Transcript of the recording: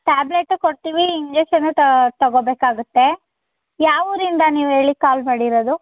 tablet ಕೊಡ್ತೀವಿ injection ತೊಗೋಬೇಕಾಗುತ್ತೆ ಯಾವೂರಿಂದ ನೀವು ಹೇಳಿ ಕಾಲ್ ಮಾಡಿರೋದು